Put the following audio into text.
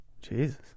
Jesus